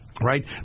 Right